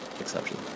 exception